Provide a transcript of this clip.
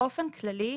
באופן כללי,